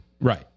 Right